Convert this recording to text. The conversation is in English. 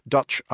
Dutch